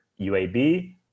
UAB